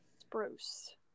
Spruce